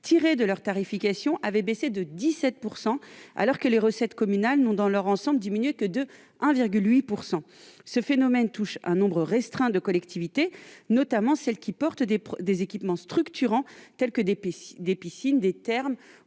tirées de leur tarification avaient baissé de 17 %, alors que les recettes communales n'ont, dans leur ensemble, diminué que de 1,8 %. Ce phénomène touche un nombre restreint de collectivités, notamment celles qui portent des équipements structurants, tels que des piscines, des thermes